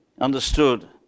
understood